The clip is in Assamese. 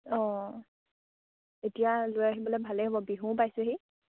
অঁ এতিয়া লৈ আহিবলে ভালেই হ'ব বিহু পাইছেহি